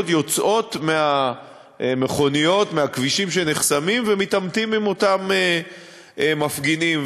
יוצאים מהמכוניות בכבישים שנחסמים ומתעמתים עם אותם מפגינים.